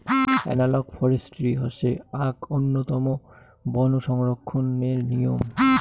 analogue forestry হসে আক উন্নতম বন সংরক্ষণের নিয়ম